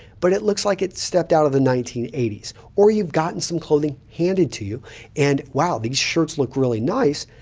but it looks like it's stepped out of the nineteen eighty s, or you've gotten some clothing handed to you and wow, these shirts look really nice,